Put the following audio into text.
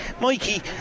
Mikey